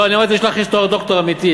לא, אני אמרתי שלך יש תואר דוקטור אמיתי.